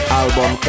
album